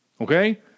Okay